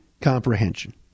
comprehension